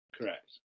Correct